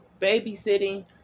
babysitting